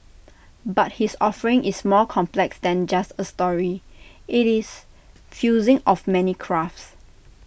but his offering is more complex than just A story IT is fusing of many crafts